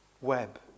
web